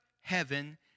heaven